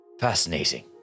Fascinating